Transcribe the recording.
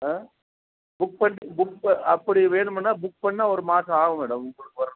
book பண்ணி book ப அப்படி வேணும்னால் புக் பண்ணுணா ஒரு மாதம் ஆகும் மேடம் உங்களுக்கு வரதுக்கு